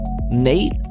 Nate